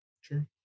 Sure